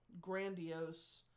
grandiose